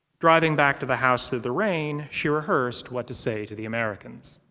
driving back to the house through the rain, she rehearsed what to say to the americans.